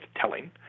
telling